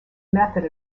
method